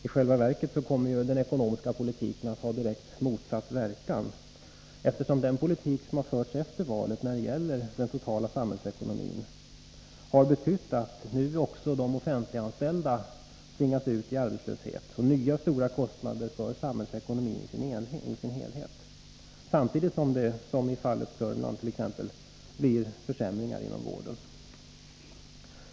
I själva verket kommer ju den ekonomiska politiken att ha direkt motsatt verkan, eftersom den politik som har förts efter valet när det gäller den totala samhällsekonomin har betytt att nu också de offentliganställda tvingas ut i arbetslöshet med nya stora kostnader för samhällsekonomin i dess möjligheter att uppnå de sjukvårdspolitiska målen möjligheter att uppnå de sjukvårdspolitiska målen helhet som följd. Samtidigt blir det, som beträffande Södermanlands län, försämringar inom vården.